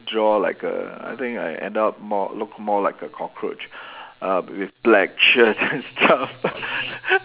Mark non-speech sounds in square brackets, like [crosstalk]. draw like a I think I ended up more look more like a cockroach uh with black shirts and stuff [laughs]